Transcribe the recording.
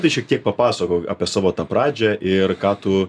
tai šiek tiek papasakok apie savo tą pradžią ir ką tu